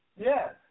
Yes